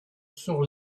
sur